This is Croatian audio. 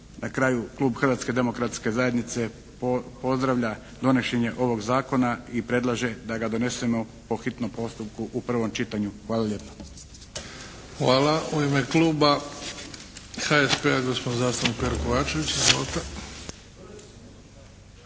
Na kraju klub Hrvatske demokratske zajednice pozdravlja donošenje ovog zakona i predlaže da ga donesemo po hitnom postupku u prvom čitanju. Hvala lijepa. **Bebić, Luka (HDZ)** Hvala. U ime kluba HSP-a gospodin zastupnik Pero Kovačević.